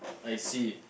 I see